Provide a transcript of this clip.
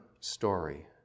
story